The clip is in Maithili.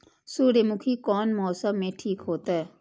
सूर्यमुखी कोन मौसम में ठीक होते?